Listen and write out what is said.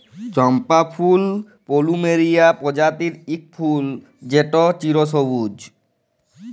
চম্পা ফুল পলুমেরিয়া প্রজাতির ইক ফুল যেট চিরসবুজ